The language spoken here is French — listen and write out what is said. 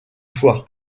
fois